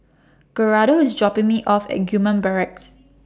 Gerardo IS dropping Me off At Gillman Barracks